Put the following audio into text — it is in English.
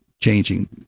changing